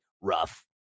rough